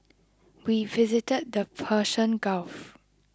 we visited the Persian Gulf